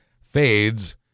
fades